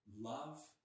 Love